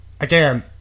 Again